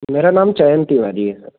मेरा नाम चयन तिवारी है